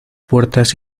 puertas